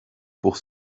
pour